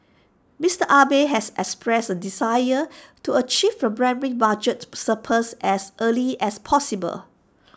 Mister Abe has expressed A desire to achieve the primary budget surplus as early as possible